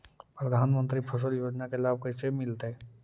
प्रधानमंत्री फसल योजना के लाभ कैसे मिलतै?